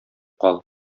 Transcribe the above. кал